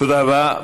תודה רבה.